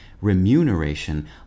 remuneration